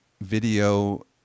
video